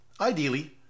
Ideally